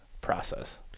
process